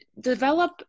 Develop